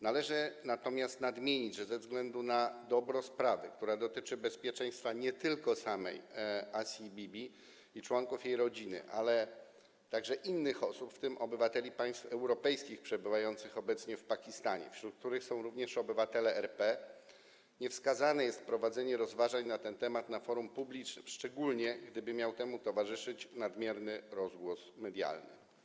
Należy natomiast nadmienić, że ze względu na dobro sprawy, która dotyczy bezpieczeństwa nie tylko samej Asi Bibi i członków jej rodziny, ale także innych osób, w tym obywateli państw europejskich przebywających obecnie w Pakistanie, wśród których są również obywatele RP, niewskazane jest prowadzenie rozważań na ten temat na forum publicznym, szczególnie gdyby miał temu towarzyszyć nadmierny rozgłos medialny.